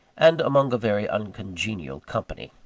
and among a very uncongenial company.